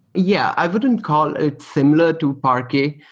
yeah. i wouldn't call it similar to parquet,